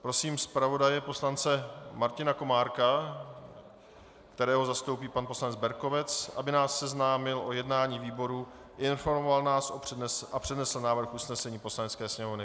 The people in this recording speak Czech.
Prosím zpravodaje poslance Martina Komárka, kterého zastoupí pan poslanec Berkovec, aby nás seznámil s jednáním výboru, informoval nás a přednesl návrh usnesení Poslanecké sněmovny.